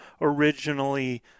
originally